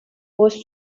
was